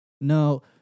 No